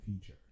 feature